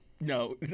no